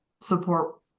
support